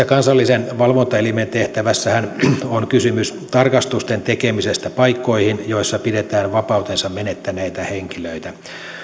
kansallisen valvontaelimen tehtävässähän on kysymys tarkastusten tekemisestä paikkoihin joissa pidetään vapautensa menettäneitä henkilöitä